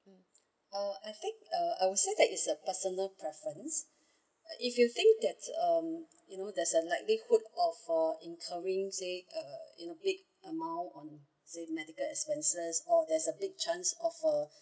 uh I think uh I would say that is a personal preference if you think that um you know that's a likelihood of for incurring say uh in big amount on say medical expenses or there's a big chance of a